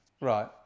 Right